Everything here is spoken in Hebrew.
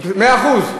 מאה אחוז.